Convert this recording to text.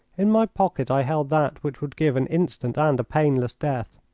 in my pocket i held that which would give an instant and a painless death.